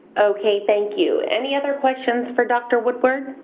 okay, thank you. any other questions for dr. woodward?